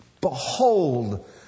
Behold